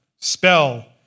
spell